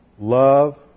love